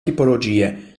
tipologie